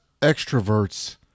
extroverts